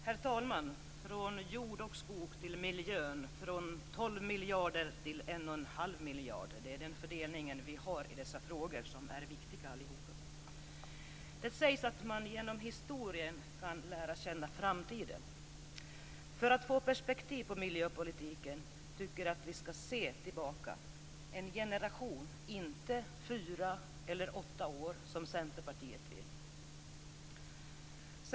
Herr talman! Från jord och skog till miljön. Från 12 miljarder till 1 1⁄2 miljard. Det är den fördelning vi har i dessa viktiga frågor. Det sägs att man genom historien kan lära känna framtiden. För att få perspektiv på miljöpolitiken tycker jag att vi skall se tillbaka en generation, inte fyra eller åtta år, som Centerpartiet vill.